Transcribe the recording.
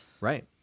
Right